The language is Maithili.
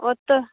ओतऽ